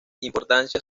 importancia